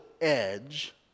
edge